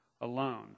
alone